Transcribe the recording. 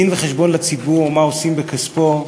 ודין-וחשבון לציבור, מה עושים בכספו,